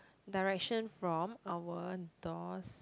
direction from our door